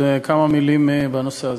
כמה מילים בנושא הזה.